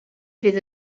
fydd